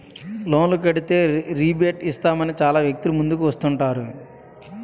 లోన్లు కడితే రేబేట్ ఇస్తామని చాలా వ్యక్తులు ముందుకు వస్తుంటారు